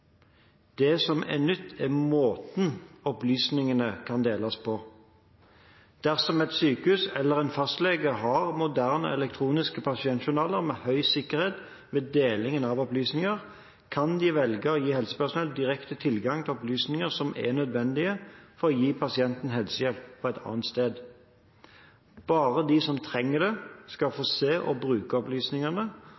Det som er nytt, er måten opplysningene kan deles på. Dersom et sykehus eller en fastlege har moderne elektroniske pasientjournaler med høy sikkerhet ved deling av opplysninger, kan de velge å gi helsepersonell direkte tilgang til opplysninger som er nødvendige for å gi pasienten helsehjelp på et annet sted. Bare de som trenger det, skal få